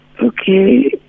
Okay